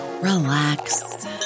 relax